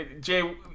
Jay